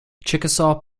chickasaw